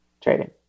trading